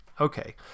Okay